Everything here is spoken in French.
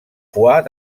fois